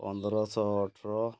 ପନ୍ଦରଶହ ଅଠର